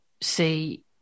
see